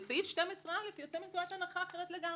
וסעיף 12א יוצא מנקודת הנחה אחרת לגמרי,